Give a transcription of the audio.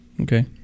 Okay